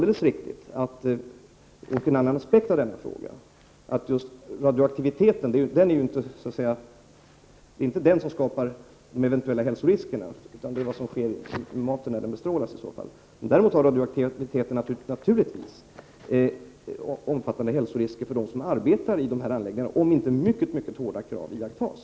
En annan aspekt är att det inte är radioaktiviteten i sig som skapar eventuella hälsorisker, utan det är i så fall vad som sker i maten när den bestrålas. Däremot är det helt riktigt att radioaktiviteten naturligtvis medför omfattande hälsorisker för dem som arbetar i dessa anläggningar, om inte oerhört hårda krav iakttas.